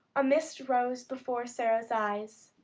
a mist rose before sara's eyes.